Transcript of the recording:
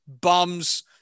Bums